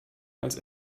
als